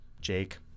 Jake